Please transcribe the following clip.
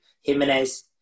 Jimenez